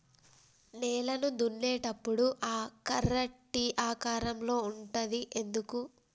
నేలను దున్నేటప్పుడు ఆ కర్ర టీ ఆకారం లో ఉంటది ఎందుకు?